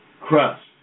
crust